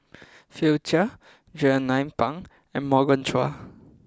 Philip Chia Jernnine Pang and Morgan Chua